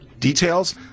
details